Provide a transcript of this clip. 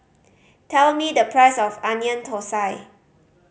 tell me the price of Onion Thosai